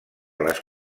les